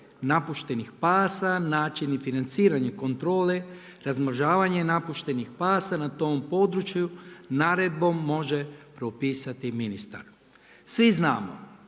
napuštenih pasa, način i financiranje kontrole, razmnožavanje napuštenih pasa na tom području naredbom može propisati ministar. Svi znamo